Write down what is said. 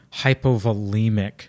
hypovolemic